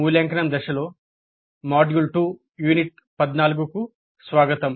మూల్యాంకనం దశలో module 2 unit 14 కు స్వాగతం